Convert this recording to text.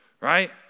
Right